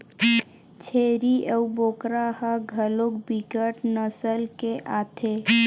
छेरीय अऊ बोकरा ह घलोक बिकट नसल के आथे